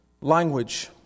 language